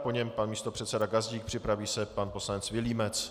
Po něm pan místopředseda Gazdík, připraví se pan poslanec Vilímec.